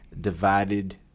divided